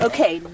Okay